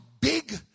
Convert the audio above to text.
big